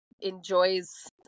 enjoys